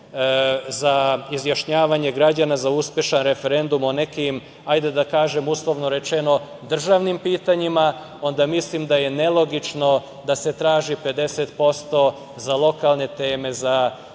za izjašnjavanje građana za uspešan referendum o nekim, hajde da kažem, uslovno rečeno, državnim pitanjima, onda mislim da je nelogično da se traži 50% za lokalne teme, za uvođenje